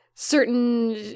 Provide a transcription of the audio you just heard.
certain